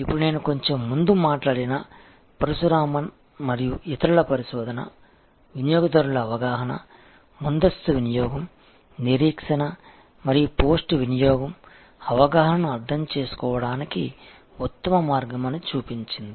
ఇప్పుడు నేను కొంచెం ముందు మాట్లాడిన పరశురామన్ మరియు ఇతరుల పరిశోధన వినియోగదారుల అవగాహన ముందస్తు వినియోగం నిరీక్షణ మరియు పోస్ట్ వినియోగం అవగాహనను అర్థం చేసుకోవడానికి ఉత్తమ మార్గం అని చూపించింది